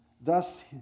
thus